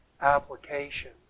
application